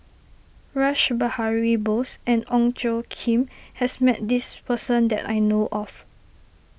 Rash Behari Bose and Ong Tjoe Kim has met this person that I know of